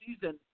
season